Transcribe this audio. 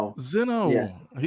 Zeno